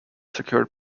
secured